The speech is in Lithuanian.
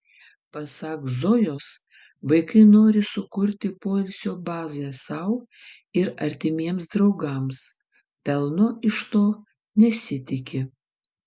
pasak zojos vaikai nori sukurti poilsio bazę sau ir artimiems draugams pelno iš to nesitiki